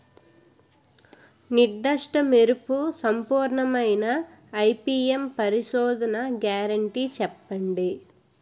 నిర్దిష్ట మెరుపు సంపూర్ణమైన ఐ.పీ.ఎం పరిశోధన గ్యారంటీ చెప్పండి?